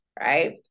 Right